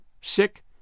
sick